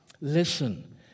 Listen